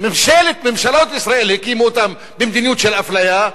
שממשלות ישראל הקימו אותה במדיניות של אפליה,